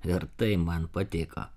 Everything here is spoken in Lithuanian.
ir tai man patiko